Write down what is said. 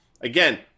Again